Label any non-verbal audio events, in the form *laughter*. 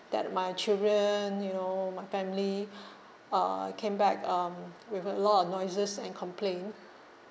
that my children you know my family *breath* ah came back um with a lot of noises and complain